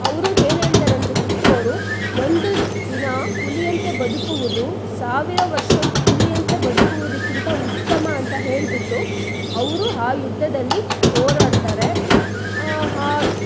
ಅವರು ಏನ್ ಹೇಳ್ತಾರೆ ಅಂದರೆ ಟಿಪ್ಪು ಅವರು ಒಂದು ದಿನ ಹುಲಿಯಂತೆ ಬದುಕುವುದು ಸಾವಿರ ವರ್ಷ ಕುರಿಯಂತೆ ಬದುಕುವುದಕ್ಕಿಂತ ಉತ್ತಮ ಅಂತ ಹೇಳಿಬಿಟ್ಟು ಅವರು ಆ ಯುದ್ಧದಲ್ಲಿ ಹೋರಾಡ್ತಾರೆ